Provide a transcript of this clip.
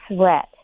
threat